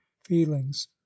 feelings